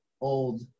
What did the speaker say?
old